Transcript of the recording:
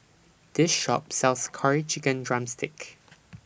This Shop sells Curry Chicken Drumstick